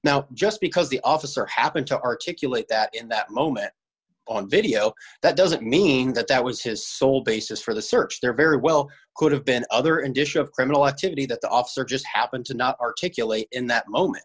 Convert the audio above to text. now just because the officer happened to articulate that in that moment on video that doesn't mean that that was his sole basis for the search there very well could have been other and issue of criminal activity that the officer just happened to not articulate in that moment